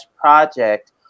project